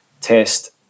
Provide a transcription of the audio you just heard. test